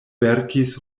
verkis